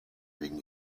wegen